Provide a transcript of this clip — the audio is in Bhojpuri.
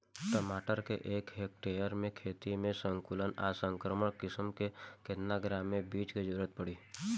टमाटर के एक हेक्टेयर के खेती में संकुल आ संकर किश्म के केतना ग्राम के बीज के जरूरत पड़ी?